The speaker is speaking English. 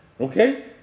Okay